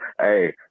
Hey